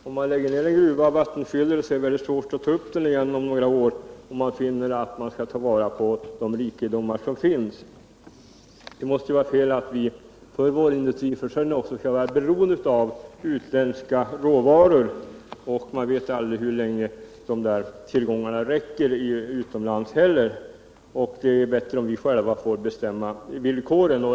Om man lägger ner en gruva och den vattenfylls, är det väldigt svårt att ta upp den igen om några år, om man finner att man skall ta vara på de rikedomar som finns där. Det måste också vara fel att vi för vår industriförsörjning skall vara beroende av utländska råvaror; vi vet aldrig hur länge tillgångarna utomlands räcker heller. Därför är det bättre, om vi själva får bestämma villkoren.